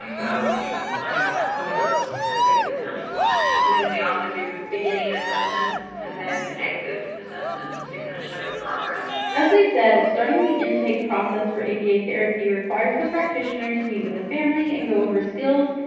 so, you know, they're learning all that. some of those kind of basic building blocks. and then we also do beginning assessments and then exit assessments to kind of show their progress. as they said, starting the intake process for aba therapy requires the practitioner to meet with the family and go over skills,